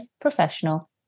professional